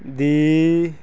ਦੀ